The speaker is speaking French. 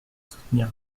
soutenir